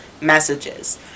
messages